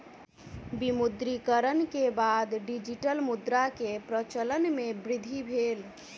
विमुद्रीकरण के बाद डिजिटल मुद्रा के प्रचलन मे वृद्धि भेल